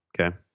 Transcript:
Okay